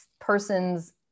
person's